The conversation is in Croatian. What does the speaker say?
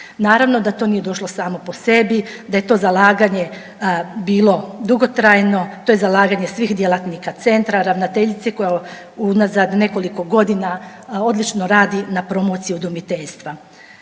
Naravno da to nije došlo samo po sebi, da je to zalaganje bilo dugotrajno. To je zalaganje svih djelatnika centra, ravnateljice koja unazad nekoliko godina odlično radi na promociji udomiteljstva.